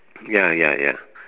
ya ya ya